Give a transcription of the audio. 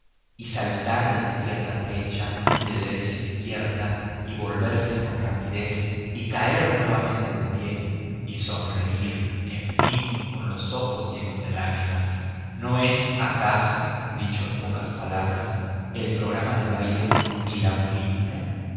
y saltar de izquierda a derecha y de derecha a izquierda y volverse con rapidez y caer nuevamente de pie y sonreír en fin con los ojos llenos de lágrimas no es acaso dicho en pocas palabras el programa del baile y la política